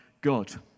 God